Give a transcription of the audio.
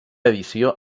edició